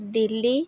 Delhi